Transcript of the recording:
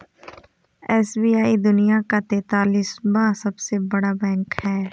SBI दुनिया का तेंतालीसवां सबसे बड़ा बैंक है